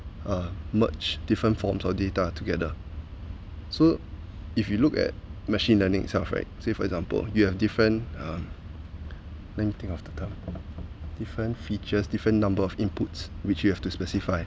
uh merge different forms of data together so if you look at machine learning itself right say for example you have different um let me think of the term different features different number of inputs which you have to specify